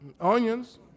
onions